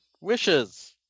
wishes